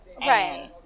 Right